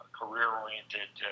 career-oriented